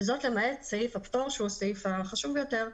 וזאת למעט סעיף הפטור שהוא הסעיף החשוב ביותר,